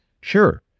Sure